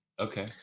Okay